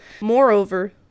Moreover